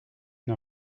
une